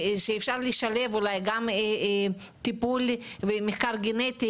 ואפשר לשלב אולי גם טיפול ומחקר גנטי